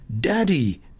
Daddy